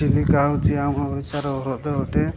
ଚିଲିକା ହଉଛି ଆମ ଓଡ଼ିଶାର ହ୍ରଦ ଅଟେ